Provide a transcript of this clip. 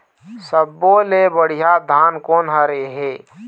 सब्बो ले बढ़िया धान कोन हर हे?